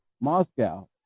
Moscow